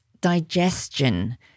Digestion